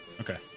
Okay